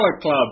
Club